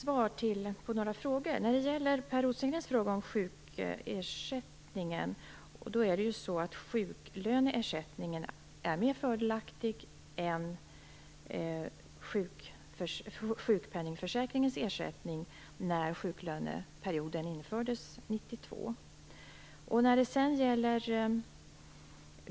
Fru talman! Jag skall svara på några frågor. Sjuklöneersättningen är ju mer fördelaktig än vad sjukpenningförsäkringens ersättning var när sjuklöneperioden infördes 1992.